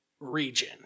region